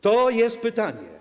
To jest pytanie.